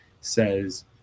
says